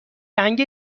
رنگ